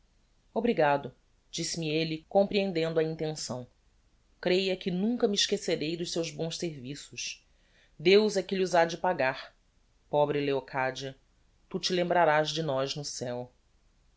distrahil o obrigado disse-me elle comprehendendo a intenção creia que nunca me esquecerei dos seus bons serviços deus é que lh'os ha de pagar pobre leocadia tu te lembrarás de nós no ceu